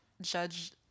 judge